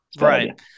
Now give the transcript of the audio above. Right